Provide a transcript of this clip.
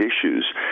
issues